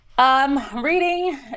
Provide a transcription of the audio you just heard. Reading